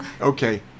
Okay